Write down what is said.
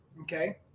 Okay